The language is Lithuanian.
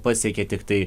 pasiekė tiktai